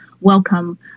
welcome